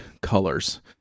colors